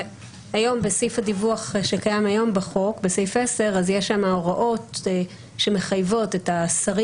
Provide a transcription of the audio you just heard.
בסעיף הדיווח שקיים היום בחוק בסעיף 10 יש הוראות שמחייבות את השרים